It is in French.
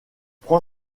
prend